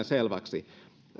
selväksi